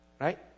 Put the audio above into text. Right